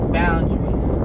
boundaries